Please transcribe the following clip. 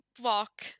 walk